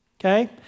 Okay